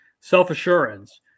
self-assurance